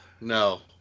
no